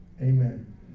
Amen